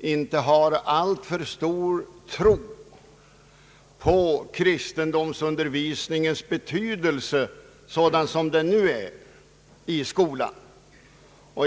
inte har en alltför stark tro på kristendomsundervisningens betydelse såsom undervisningen nu meddelas i skolan.